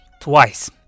twice